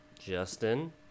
Justin